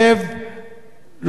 מחייבת לא לחכות דקה,